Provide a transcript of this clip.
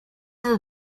ever